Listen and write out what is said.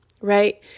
right